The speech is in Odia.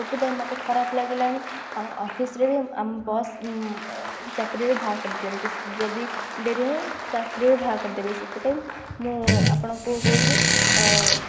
ସେଥିପାଇଁ ମୋତେ ଖରାପ ଲାଗିଲାଣି ଆଉ ଅଫିସ୍ରେ ବି ଆମ ବସ୍ ଚାକିରିରୁ ବାହା କରିଦିଅନ୍ତୁ ଯଦି ଡେରି ହେବ ଚାକିରିରୁ ବାହାର କରିଦେବେ ସେଥିପାଇଁ ମୁଁ ଆପଣଙ୍କୁ କହୁଛି